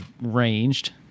ranged